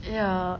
ya